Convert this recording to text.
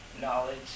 knowledge